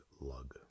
Lug